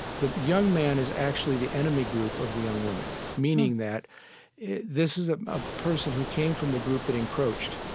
the young man is actually the enemy group of the young woman. meaning that this is a ah person who came from the group that encroached,